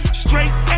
Straight